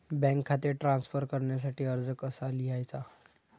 Bank खाते transfer करण्यासाठी अर्ज कसा लिहायचा?